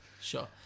Sure